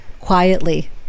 quietly